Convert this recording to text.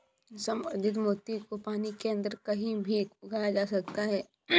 संवर्धित मोती को पानी के अंदर कहीं भी उगाया जा सकता है